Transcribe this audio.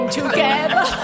together